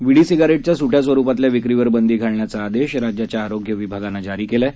विडी सिगारेटच्या सुट्या स्वरुपातल्या विक्रीवर बंदी घालण्याचा आदेश राज्याच्या आरोग्य विभागानं जारी केला आहे